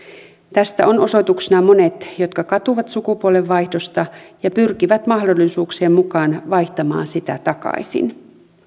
tästä on osoituksena monet jotka katuvat sukupuolenvaihdosta ja pyrkivät mahdollisuuksien mukaan vaihtamaan sitä takaisin